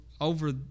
over